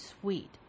sweet